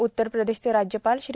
उत्तर प्रदेशचे राज्यपाल श्री